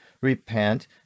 repent